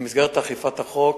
במסגרת אכיפת החוק,